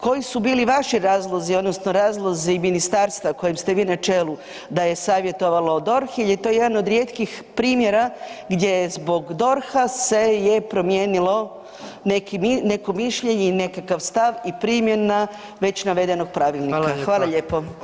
Koji su bili vaši razlozi odnosno razlozi ministarstva kojem ste vi na čelu da je savjetovalo DORH jel je to jedan od rijetkih primjera gdje zbog DORH-a se je promijenilo neko mišljenje i nekakav stav i primjena već navedenog pravilnika? [[Upadica: Hvala lijepo]] Hvala lijepo.